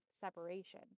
separation